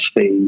phase